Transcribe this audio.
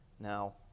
now